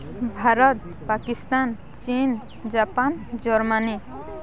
ଭାରତ ପାକିସ୍ତାନ ଚୀନ Japan Germany